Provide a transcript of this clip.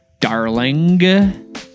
darling